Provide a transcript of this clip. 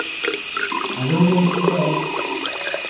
ᱟᱸᱡᱚᱢ ᱠᱟᱹᱫᱟᱹᱧ ᱪᱮᱛᱟ